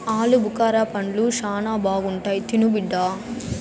ఆలుబుకారా పండ్లు శానా బాగుంటాయి తిను బిడ్డ